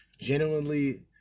genuinely